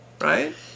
right